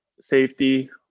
Safety